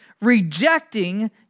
rejecting